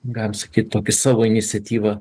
galim sakyt tokia savo iniciatyva